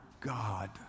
God